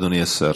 אדוני השר,